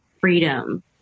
freedom